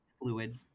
fluid